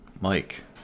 Mike